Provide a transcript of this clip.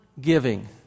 giving